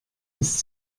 ist